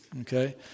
Okay